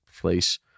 place